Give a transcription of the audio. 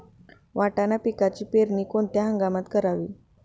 वाटाणा पिकाची पेरणी कोणत्या हंगामात करावी?